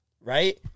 right